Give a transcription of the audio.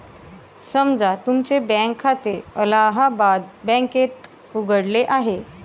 समजा तुमचे बँक खाते अलाहाबाद बँकेत उघडले आहे